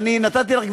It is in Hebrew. ואני אומר לך,